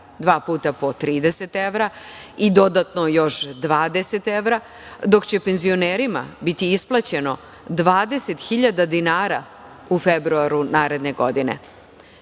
puta po 30 evra, i dodatno još 20 evra, dok će penzionerima biti isplaćeno 20.000 dinara u februaru naredne